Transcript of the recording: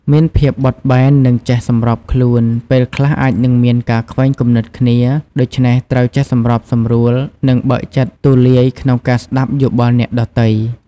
មានភាពបត់បែន និងចេះសម្របខ្លួន ពេលខ្លះអាចនឹងមានការខ្វែងគំនិតគ្នា ដូច្នេះត្រូវចេះសម្របសម្រួល និងបើកចិត្តទូលាយក្នុងការស្តាប់យោបល់អ្នកដទៃ។